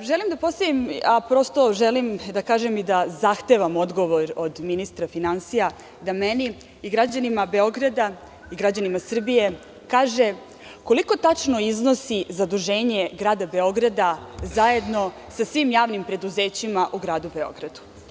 želim da postavim, a prosto želim da kažem i da zahtevam odgovor od ministra finansija da meni, građanima Beograda i građanima Srbije kaže koliko tačno iznosi zaduženje grada Beograda zajedno sa svim javnim preduzećima u gradu Beogradu?